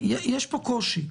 יש פה קושי.